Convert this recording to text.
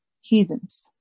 heathens